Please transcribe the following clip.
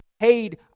paid